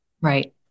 Right